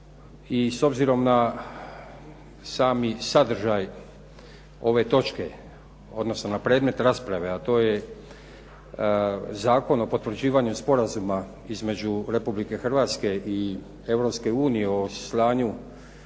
i s obzirom na sami sadržaj ove točke odnosno na predmet rasprave a to je Zakon o potvrđivanju Sporazuma između Republike Hrvatske i Europske